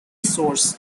source